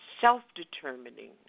self-determining